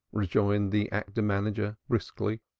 rejoined the actor-manager briskly.